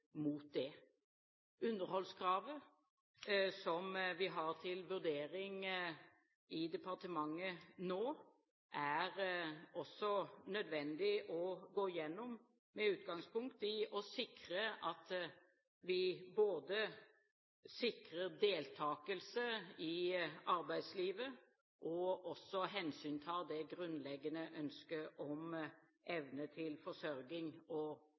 mot det. Underholdskravet, som vi har til vurdering i departementet nå, er det også nødvendig å gå igjennom, med utgangspunkt i at vi både sikrer deltakelse i arbeidslivet og hensyntar det grunnleggende ønsket om evne til forsørging, og